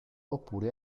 oppure